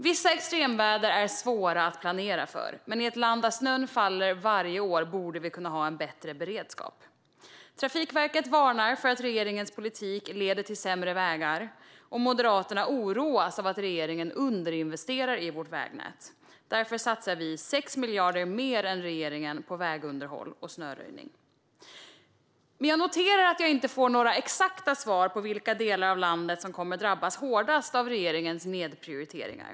Vissa extremväder är svåra att planera för. Men i ett land där snön faller varje år borde vi kunna ha en bättre beredskap. Trafikverket varnar för att regeringens politik leder till sämre vägar. Moderaterna oroas av att regeringen underinvesterar i vårt vägnät. Därför satsar vi 6 miljarder mer än regeringen på vägunderhåll och snöröjning. Jag noterar att jag inte får några exakta svar på vilka delar av landet som kommer att drabbas hårdast av regeringens nedprioriteringar.